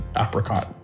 apricot